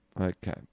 Okay